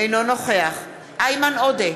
אינו נוכח איימן עודה,